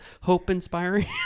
hope-inspiring